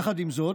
יחד עם זאת,